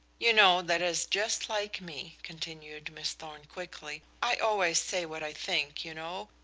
you know that is just like me, continued miss thorn quickly. i always say what i think, you know.